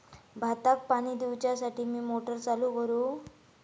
भाताक पाणी दिवच्यासाठी मी मोटर चालू करू?